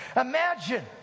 Imagine